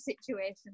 situation